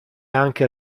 anche